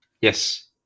Yes